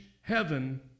heaven